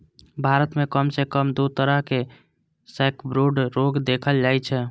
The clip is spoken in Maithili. भारत मे कम सं कम दू तरहक सैकब्रूड रोग देखल जाइ छै